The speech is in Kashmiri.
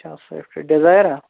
اچھا سِوِفٹ ڈِزایَرا